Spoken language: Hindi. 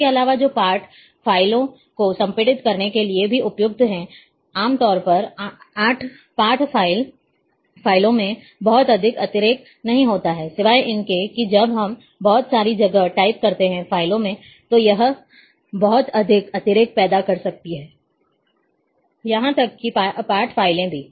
इसके अलावा जो पाठ फ़ाइलों को संपीड़ित करने के लिए भी उपयुक्त है आम तौर पर पाठ फ़ाइलों में बहुत अधिक अतिरेक नहीं होता है सिवाय इसके कि जब हम बहुत सारी जगह टाइप करते हैं फ़ाइलों में तो यह बहुत अधिक अतिरेक पैदा कर सकता है यहां तक कि पाठ फ़ाइल में भी